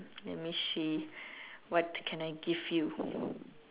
let me see what can I give you